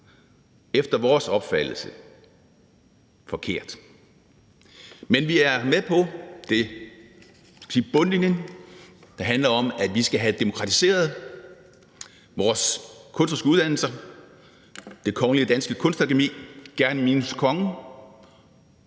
efter vores opfattelse forkert. Men vi er med på, skal vi sige, bundlinjen, der handler om, at vi skal have demokratiseret vores kunstneriske uddannelser, Det Kongelige Danske Kunstakademi – gerne minus »kongen«